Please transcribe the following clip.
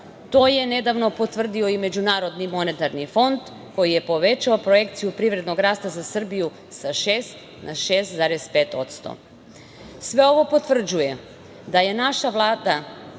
To je nedavno potvrdio i Međunarodni monetarni fond, koji je povećao projekciju privrednog rasta za Srbiju sa 6% na 6,5%.Sve ovo potvrđuje da se naša Vlada